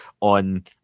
on